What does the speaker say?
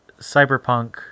cyberpunk